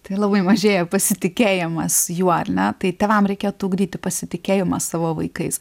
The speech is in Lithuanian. tai labai mažėja pasitikėjimas juo ar ne tai tėvam reikėtų ugdyti pasitikėjimą savo vaikais